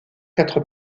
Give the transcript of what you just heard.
quatre